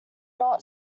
not